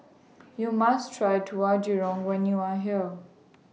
YOU must Try Tauhu Goreng when YOU Are here